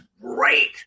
great